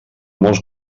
molts